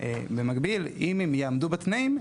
במקביל אם הן יעמדו בתנאים,